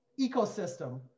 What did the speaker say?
ecosystem